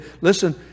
Listen